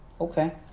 Okay